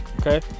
Okay